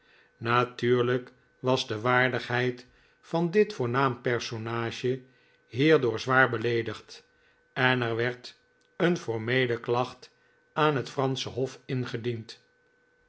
natuurlijk was de waardigheid van dit voornaam personage hierdoor zwaar beleedigd en er werd een formeele klacht aan het fransche hof ingediend